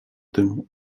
tym